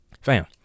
fam